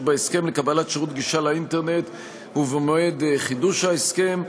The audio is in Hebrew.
בהסכם לקבלת שירות גישה לאינטרנט ובמועד חידוש ההסכם,